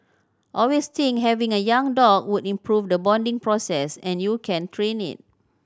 always think having a young dog would improve the bonding process and you can train it